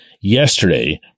yesterday